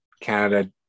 Canada